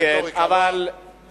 רטוריקה, כן, אבל בוא,